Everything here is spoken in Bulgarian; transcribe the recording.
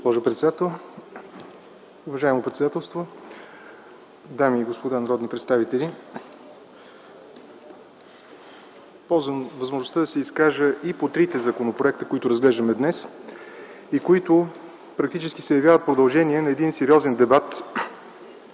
Благодаря, госпожо председател. Уважаемо председателство, дами и господа народни представители! Ползвам възможността да се изкажа и по трите законопроекта, които разглеждаме днес, и които практически се явяват продължение на един сериозен дебат,